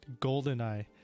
Goldeneye